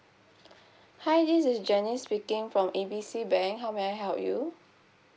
hi this is janice speaking from A B C bank how may I help you